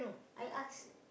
I ask